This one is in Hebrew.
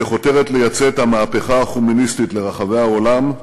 שחותרת לייצא את המהפכה החומייניסטית לרחבי העולם,